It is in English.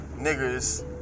niggers